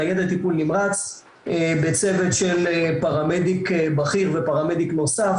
ניידת טיפול נמרץ בצוות של פרמדיק בכיר ופרמדיק נוסף,